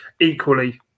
Equally